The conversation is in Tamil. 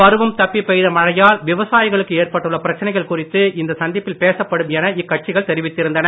பருவம் தப்பி பெய்த மழையால் விவசாயிகளுக்கு ஏற்பட்டுள்ள பிரச்சனைகள் குறித்து இந்த சந்திப்பில் பேசப்படும் என இக்கட்சிகள் தெரிவித்திருந்தன